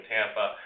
Tampa